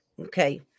Okay